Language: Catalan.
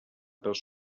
pels